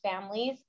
families